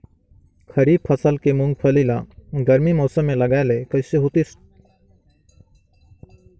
खरीफ फसल के मुंगफली ला गरमी मौसम मे लगाय ले कइसे होतिस?